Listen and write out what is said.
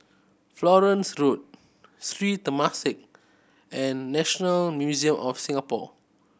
Florence Road Sri Temasek and National Museum of Singapore